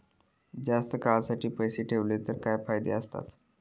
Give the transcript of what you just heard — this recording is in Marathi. जास्त काळासाठी पैसे ठेवले तर काय फायदे आसत?